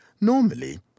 Normally